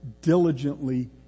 diligently